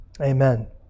Amen